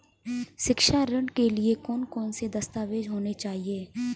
शिक्षा ऋण के लिए कौन कौन से दस्तावेज होने चाहिए?